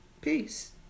Peace